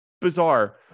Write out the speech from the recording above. bizarre